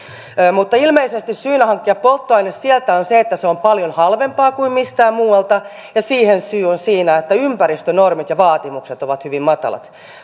mutta ilmeisesti syynä hankkia polttoaine sieltä on se että se on paljon halvempaa kuin missään muualla ja siihen syy on siinä että ympäristönormit ja vaatimukset ovat hyvin matalat